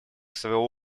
своего